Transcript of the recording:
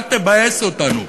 אל תבאס אותנו.